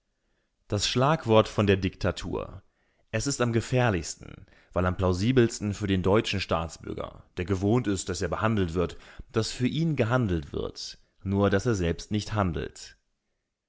das schlagwort von der diktatur es ist am gefährlichsten weil am plausibelsten für den deutschen staatsbürger der gewohnt ist daß er behandelt wird daß für ihn gehandelt wird nur daß er selbst nicht handelt